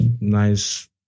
nice